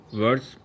words